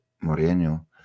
Moreno